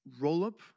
rollup